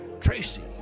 Tracy